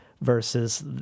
versus